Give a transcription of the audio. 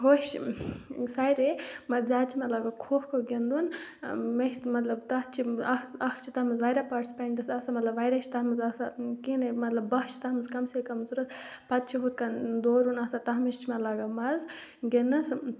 خۄش سارے مگر زیادٕ چھِ مےٚ لَگان کھو کھو گِنٛدُن مےٚ چھِ سُہ مطلب تَتھ چھِ اَکھ اَکھ چھِ تَتھ منٛز واریاہ پاٹسٕپٮ۪نٛٹٕس آسان مطلب واریاہ چھِ تَتھ منٛز آسان کِہیٖنۍ نَے مطلب بَہہ چھِ تَتھ منٛز کَم سے کَم ضوٚرَتھ پَتہٕ چھِ ہُتھ کَنۍ دورُن آسان تَتھ منٛز چھِ مےٚ لَگان مَزٕ گِنٛدنَس